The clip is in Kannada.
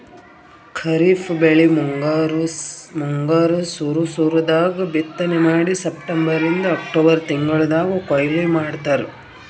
ಖರೀಫ್ ಬೆಳಿ ಮುಂಗಾರ್ ಸುರು ಸುರು ದಾಗ್ ಬಿತ್ತನೆ ಮಾಡಿ ಸೆಪ್ಟೆಂಬರಿಂದ್ ಅಕ್ಟೋಬರ್ ತಿಂಗಳ್ದಾಗ್ ಕೊಯ್ಲಿ ಮಾಡ್ತಾರ್